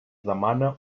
demana